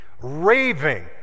Raving